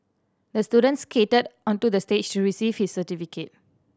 the student skated onto the stage to receive his certificate